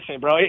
bro